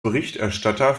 berichterstatter